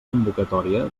convocatòria